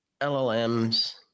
LLMS